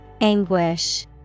Anguish